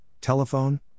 telephone